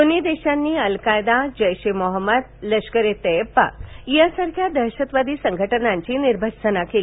दोन्ही देशांनी अलकायदा जैशे मोहमद लष्करे तय्यबा सारख्या दहशतवादी संघटनांची निर्भत्सना केली